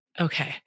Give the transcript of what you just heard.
Okay